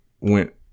went